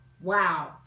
Wow